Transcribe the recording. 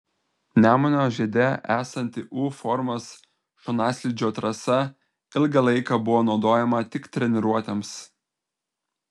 nemuno žiede esanti u formos šonaslydžio trasa ilgą laiką buvo naudojama tik treniruotėms